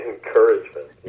Encouragement